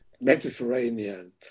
Mediterranean